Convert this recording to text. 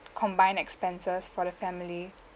combined expenses for the family